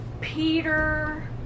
Peter